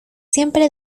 siempre